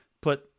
put